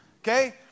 Okay